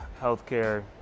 healthcare